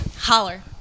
Holler